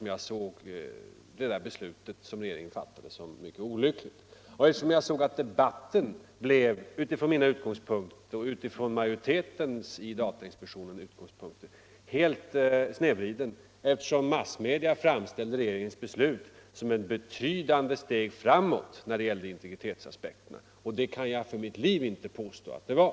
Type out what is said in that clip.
Jag ansåg att det beslut som regeringen fattade var mycket olyckligt, och jag märkte att debatten — utifrån de utgångspunkter jag och majoriteten i datainspektionen har — blir helt snedvriden, då massmedia framställer regeringens beslut som ett betydande steg framåt när det gällde integritetsaspekterna. Det kan jag för mitt liv inte påstå att det var.